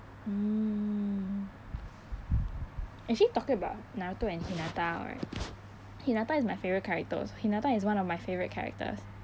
mm actually talking about naruto and hinata right hinata is my favourite character also hinata is one of my favourite characters